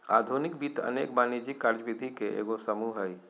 आधुनिक वित्त अनेक वाणिज्यिक कार्यविधि के एगो समूह हइ